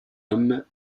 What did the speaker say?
homme